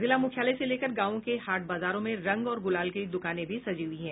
जिला मुख्यालय से लेकर गांवों के हाट बाजारों में रंग और गुलाल की दुकानें भी सजी हैं